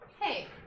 Hey